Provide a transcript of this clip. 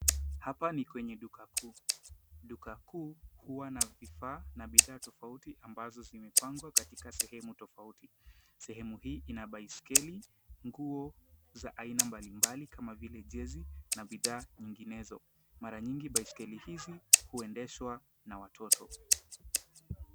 Hapa ni kwenye duka kuu. Duka kuu huwa na vifaa na bidhaa tofauti ambazo zimepangwa katika sehemu tofauti. Sehemu hii ina baiskeli, nguo za aina mbalimbali kama vile jezi na bidhaa nyinginezo. Mara nyingi baiskeli hizi huendeshwa na watoto.